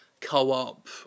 Co-op